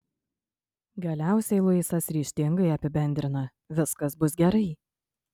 galiausiai luisas ryžtingai apibendrina viskas bus gerai